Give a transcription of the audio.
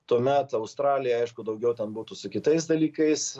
tuomet australija aišku daugiau ten būtų su kitais dalykais